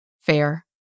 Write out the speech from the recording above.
Fair